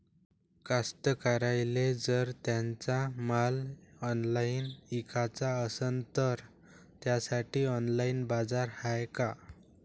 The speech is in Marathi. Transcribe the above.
कास्तकाराइले जर त्यांचा माल ऑनलाइन इकाचा असन तर त्यासाठी ऑनलाइन बाजार हाय का?